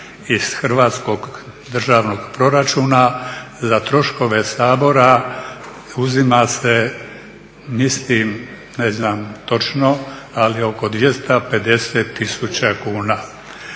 hrvatskog državnog proračuna za troškove Sabora uzima se mislim ne znam točno ali oko 250 tisuća kuna.